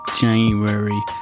January